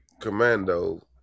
Commando